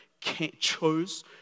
chose